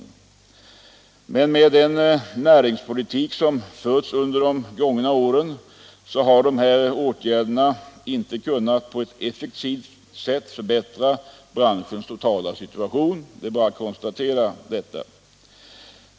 Men med den näringspolitik som förts under de gångna åren har de här åtgärderna inte kunnat på ett effektivt sätt förbättra branschens totala situation. Det är bara att konstatera detta.